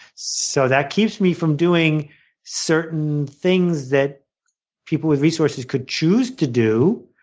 so that keeps me from doing certain things that people with resources could choose to do,